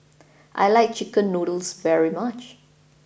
I like Chicken Noodles very much